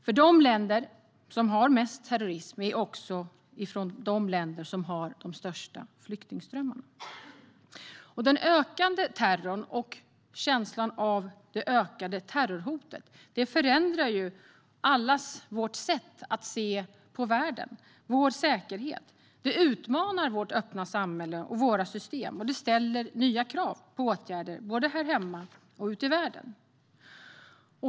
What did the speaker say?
Från de länder som har mest terrorism kommer också de största flyktingströmmarna. Den ökande terrorn och känslan av ett ökat terrorhot förändrar allas vårt sätt att se på världen och på vår säkerhet. Det utmanar vårt öppna samhälle och våra system och ställer nya krav på åtgärder både här hemma och ute i världen.